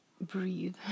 breathe